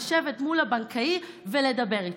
לשבת מול הבנקאי ולדבר איתו.